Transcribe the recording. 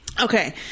Okay